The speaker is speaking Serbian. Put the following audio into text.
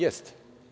Jeste.